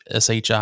SHI